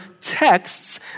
texts